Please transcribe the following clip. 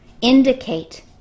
indicate